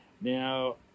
Now